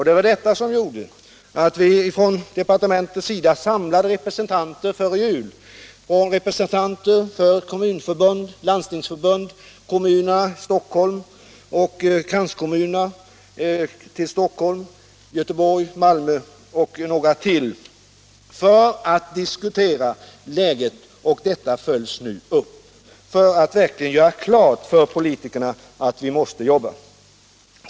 Det var detta som gjorde att vi från departementets sida före jul samlade representanter från Kommunförbundet, Landstingsförbundet, Stockholm med kranskommuner, Göteborg, Malmö och några kommuner till för att diskutera läget. Detta följs nu upp för att man verkligen skall göra klart för politikerna att vi måste jobba.